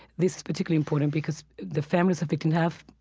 this is particularly important because the families of victims have,